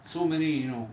so many you know